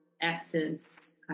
essence